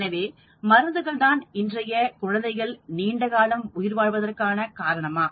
எனவே மருந்துகள் தான் இன்றைய குழந்தைகள் நீண்ட காலம் உயிர்வாழ்வதற்கான காரணமா